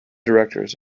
directors